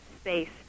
space